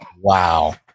Wow